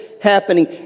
happening